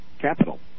capital